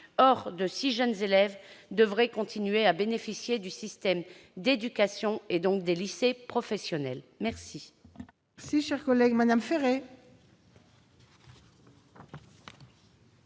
Or de si jeunes élèves devraient continuer à bénéficier du système d'éducation, et donc des lycées professionnels. La